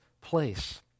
place